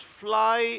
fly